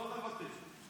לא לוותר.